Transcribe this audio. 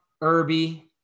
Irby